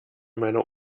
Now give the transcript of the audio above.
meiner